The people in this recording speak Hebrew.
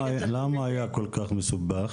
למה היה כל כך מסובך?